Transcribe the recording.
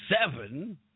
seven